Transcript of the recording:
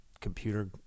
Computer